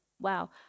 wow